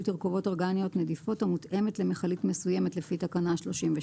תרכובות אורגניות נדיפות המותאמת למכלית מסוימת לפי תקנה 32,